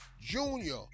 Junior